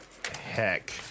Heck